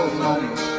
money